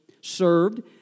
served